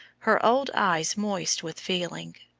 her old eyes moist with feeling.